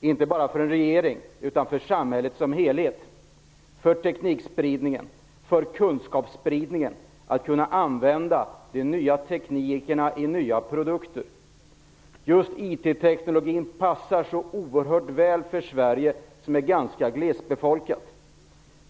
inte bara för regeringen utan för samhället som helhet. Det är viktigt för teknikspridningen och för kunskapsspridningen att kunna använda de nya teknikerna i nya produkter. Just IT passar så oerhört väl för Sverige som är ganska glesbefolkat.